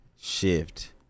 shift